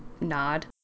nod